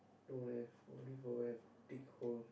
don't have only for have dick hole